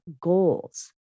goals